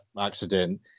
accident